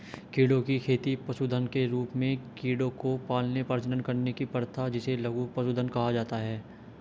कीड़ों की खेती पशुधन के रूप में कीड़ों को पालने, प्रजनन करने की प्रथा जिसे लघु पशुधन कहा जाता है